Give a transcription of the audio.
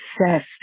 obsessed